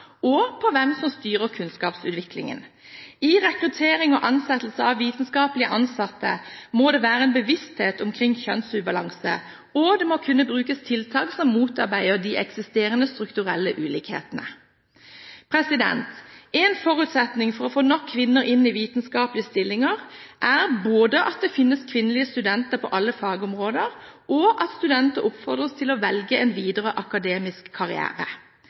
og på hvem som styrer kunnskapsutviklingen. I rekruttering og ansettelse av vitenskapelige ansatte må det være en bevissthet omkring kjønnsubalanse, og det må kunne brukes tiltak som motarbeider de eksisterende strukturelle ulikhetene. En forutsetning for å få nok kvinner inn i vitenskapelige stillinger er både at det finnes kvinnelige studenter på alle fagområder, og at studenter oppfordres til å velge en videre akademisk karriere.